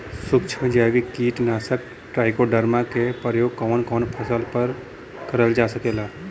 सुक्ष्म जैविक कीट नाशक ट्राइकोडर्मा क प्रयोग कवन कवन फसल पर करल जा सकेला?